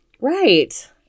Right